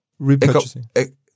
Repurchasing